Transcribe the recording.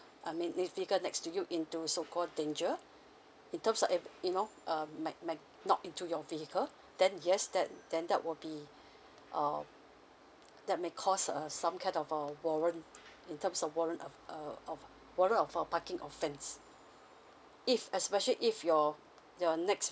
I mean if vehicle next to you into so call danger in terms of if you know um may may knock into your vehicle then yes then then that will be err that may cause a some kind of uh warrant in terms of warrant uh uh of warrant of uh parking offense if especially if your your next